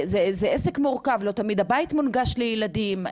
זה עסק מורכב, לא תמיד הבית מונגש לילדים.